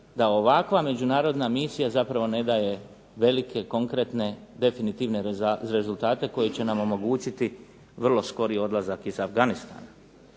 da ovakva međunarodna misija zapravo ne daje velike, konkretne, definitivne rezultate koji će nam omogućiti vrlo skori odlazak iz Afganistana.